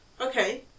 Okay